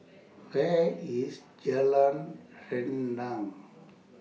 Where IS Jalan Rendang